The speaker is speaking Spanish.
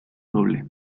doble